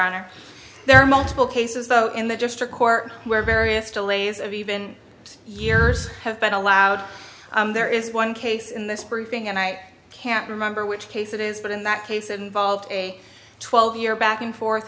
honor there are multiple cases though in the district court where various delays of even years have been allowed there is one case in this briefing and i can't remember which case it is but in that case involved a twelve year back and forth